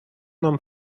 нам